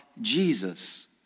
Jesus